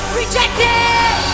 rejected